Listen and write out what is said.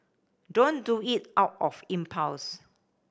don't do it out of impulse